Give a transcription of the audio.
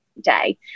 day